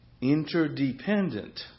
interdependent